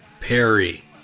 Perry